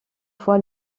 fois